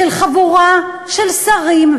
של חבורה של שרים,